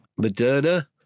moderna